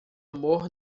amor